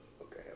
Okay